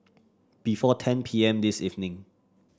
before ten P M this evening